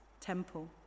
temple